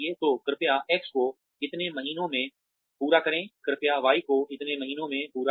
तो कृपया X को इतने महीनों में पूरा करें कृपया Y को इतने महीनों में पूरा करें